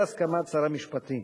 בהסכמת שר המשפטים.